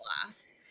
class